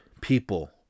people